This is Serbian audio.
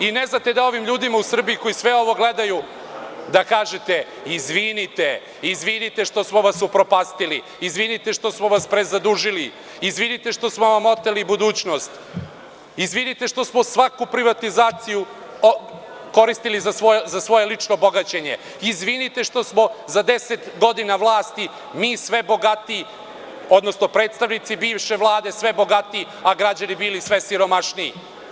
I ne znate da kažete ovim ljudima u Srbiji koji sve ovo gledaju – izvinite, izvinite što smo vas upropastili, izvinite što smo vas prezadužili, izvinite što smo vam oteli budućnost, izvinite što smo svaku privatizaciju koristili za svoje lično bogaćenje, što smo za 10 godina vlasti mi sve bogatiji, odnosno predstavnici bivše Vlade sve bogatiji a građani bili sve siromašniji.